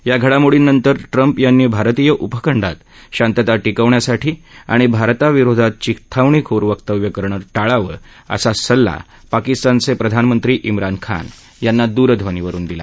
या घडामोडींनतर ट्रंप यांनी भारतीय उपखंडात शांतता पिकवण्यासाठी आणि भारताविरोधात चिथावणीखोर वक्तव्य करणं ाळावं असा सल्ला पाकिस्तानचे प्रधानमंत्री इम्रान खान यांना दूरध्वनीवरून दिला